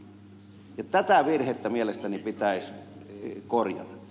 ja tätä virhettä mielestäni pitäisi korjata